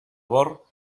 bor